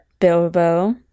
Bilbo